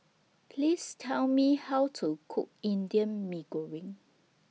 Please Tell Me How to Cook Indian Mee Goreng